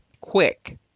quick